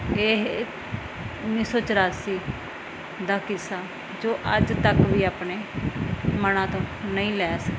ਇਹ ਉੱਨੀ ਸੌ ਚੁਰਾਸੀ ਦਾ ਕਿੱਸਾ ਜੋ ਅੱਜ ਤੱਕ ਵੀ ਆਪਣੇ ਮਨਾਂ ਤੋਂ ਨਹੀਂ ਲਹਿ ਸਕਿਆ